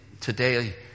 today